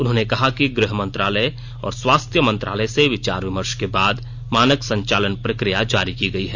उन्होंने कहा कि गृह मंत्रालय और स्वास्थ्य मंत्रालय से विचार विमर्श के बाद मानक संचालन प्रक्रिया जारी की गई है